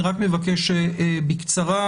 אני רק מבקש בקצרה.